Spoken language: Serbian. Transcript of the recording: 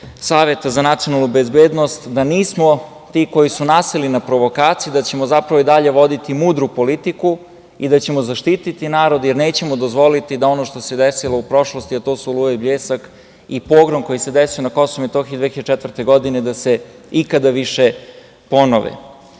Saveta za nacionalnu bezbednost, da nismo ti koji smo naseli na provokacije, da ćemo zapravo i dalje voditi mudru politiku i da ćemo zaštititi narod, jer nećemo dozvoliti da ono što se desilo u prošlosti, a to su „Oluja“ i „Bljesak“ i Pogrom koji se desio na KiM 2004. godine, da se ikada više